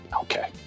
Okay